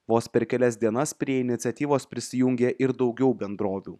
vos per kelias dienas prie iniciatyvos prisijungė ir daugiau bendrovių